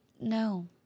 No